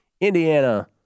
Indiana